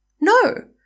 No